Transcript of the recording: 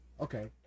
Okay